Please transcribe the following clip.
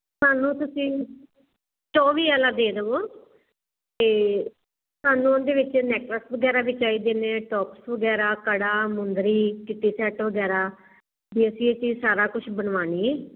ਚਲੋ ਤੁਸੀਂ ਚੋਵੀ ਵਾਲਾ ਦੇ ਦਵੋ ਤੇ ਤੁਹਾਨੂੰ ਉਹਦੇ ਵਿੱਚ ਨੈਕਲਸ ਵਗੈਰਾ ਵੀ ਚਾਹੀਦੇ ਨੇ ਟੋਪਸ ਵਗੈਰਾ ਕੜਾ ਮੁੰਦਰੀ ਕਿੱਟੀ ਸੈੱਟ ਵਗੈਰਾ ਜੀ ਅਸੀਂ ਇਹ ਸਾਰਾ ਕੁਝ ਬਣਵਾਉਣਾ ਜੀ